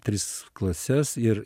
tris klases ir